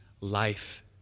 life